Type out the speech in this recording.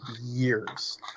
years